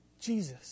Jesus